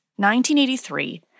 1983